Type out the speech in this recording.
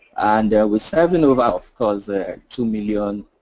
and with seven of us because ah two million